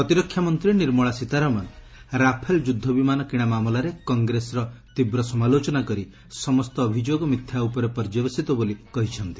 ପ୍ରତିରକ୍ଷା ମନ୍ତ୍ରୀ ନିର୍ମଳା ସୀତାରମଣ ରାଫେଲ ଯୁଦ୍ଧ ବିମାନ କିଶା ମାମଲାରେ ତ କଂଗ୍ରେସର ତୀବ୍ର ସମାଲୋଚନା କରି ସମସ୍ତ ଅଭିଯୋଗ ମିଥ୍ୟା ଉପରେ ପର୍ଯ୍ୟବେଶିତ ବୋଲି କହିଚ୍ଚନ୍ତି